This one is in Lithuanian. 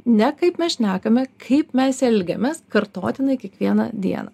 ne kaip mes šnekame kaip mes elgiamės kartotinai kiekvieną dieną